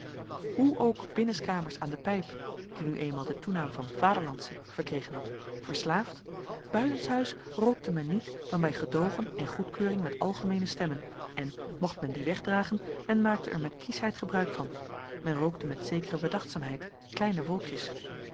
hoe ook binnen s kamers aan de pijp die nu eenmaal den toenaam van vaderlandsche verkregen had verslaafd buiten s huis rookte men niet dan bij gedoogen en goedkeuring met algemeene stemmen en mocht men die wegdragen men maakte er met kieschheid gebruik van men rookte met zekere bedachtzaamheid kleine wolkjes